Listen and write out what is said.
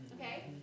Okay